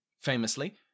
Famously